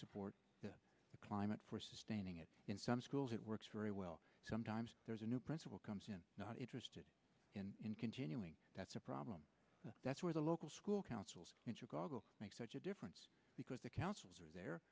support to the climate for sustaining it in some schools it works very well sometimes there's a new principal comes in not interested in continuing that's a problem but that's where the local school councils in chicago make such a difference because the councils are their